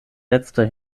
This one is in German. letzter